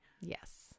Yes